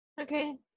Okay